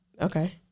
Okay